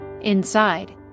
Inside